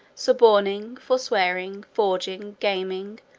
suborning, forswearing, forging, gaming,